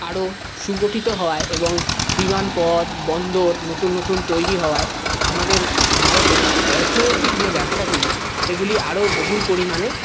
আরও সুগঠিত হওয়ায় এবং বিমানপথ বন্দর নতুন নতুন তৈরি হওয়ায় আমাদের ভারতে অর্থনৈতিক যে ব্যবসাগুলি সেগুলি আরও বহুল পরিমাণে